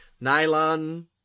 nylon